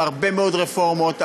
עם הרבה מאוד רפורמות,